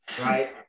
right